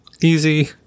easy